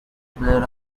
blair